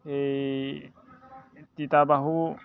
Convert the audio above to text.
এই তিতা বাহু